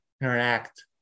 interact